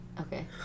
Okay